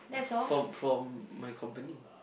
from from my company